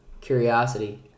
curiosity